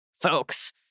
folks